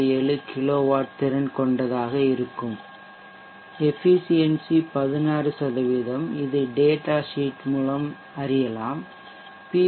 67 kilowatt திறன் கொண்டதாக இருக்கும் 16 எஃபிசியென்சி இது டேட்டா ஷீட் மூலம் அறியலாம் பி